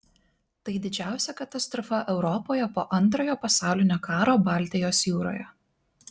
tai didžiausia katastrofa europoje po antrojo pasaulinio karo baltijos jūroje